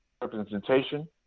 representation